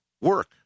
work